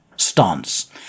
stance